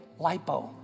lipo